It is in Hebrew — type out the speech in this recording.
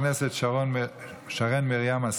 כן.